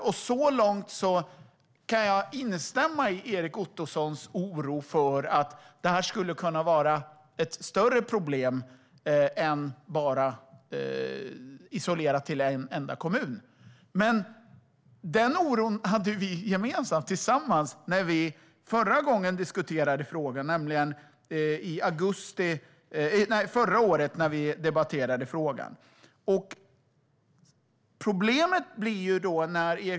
Och så långt kan jag instämma i Erik Ottosons oro för att det här skulle kunna vara ett större problem än isolerat till en enda kommun. Den oron hade vi båda när vi debatterade frågan förra året.